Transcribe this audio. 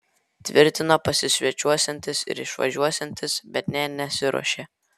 tvirtino pasisvečiuosiantis ir išvažiuosiantis bet nė nesiruošė